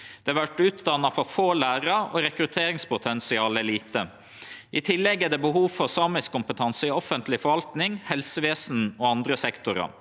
Det vert utdanna for få lærarar, og rekrutteringspotensialet er lite. I tillegg er det behov for samiskkompetanse i offentleg forvaltning, helsevesen og andre sektorar.